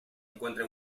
encuentra